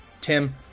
Tim